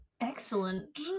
Excellent